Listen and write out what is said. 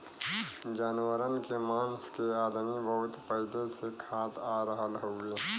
जानवरन के मांस के अदमी बहुत पहिले से खात आ रहल हउवे